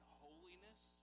holiness